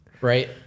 right